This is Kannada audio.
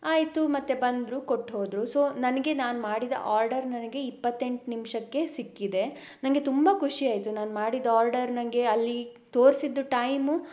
ಆಯಿತು ಮತ್ತೆ ಬಂದರು ಕೊಟ್ಟು ಹೋದರು ಸೊ ನನಗೆ ನಾನು ಮಾಡಿದ ಆರ್ಡರ್ ನನಗೆ ಇಪ್ಪತೆಂಟು ನಿಮಿಷಕ್ಕೆ ಸಿಕ್ಕಿದೆ ನನಗೆ ತುಂಬ ಖುಷಿ ಆಯಿತು ನಾನು ಮಾಡಿದ ಆರ್ಡರ್ ನನಗೆ ಅಲ್ಲಿ ತೋರಿಸಿದ್ದು ಟೈಮು